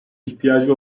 ihtiyacı